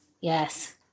Yes